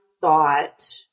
thought